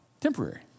Temporary